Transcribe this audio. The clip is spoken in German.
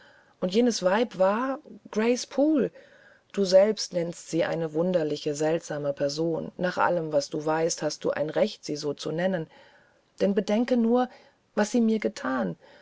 und jenes weib war grace poole du selbst nennst sie eine wunderliche seltsame person nach allem was du weißt hast du ein recht sie so zu nennen denn bedenke nur was sie mir gethan